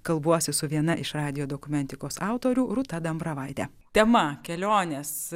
kalbuosi su viena iš radijo dokumentikos autorių rūta dambravaite tema kelionės